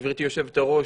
גברתי היושבת-ראש,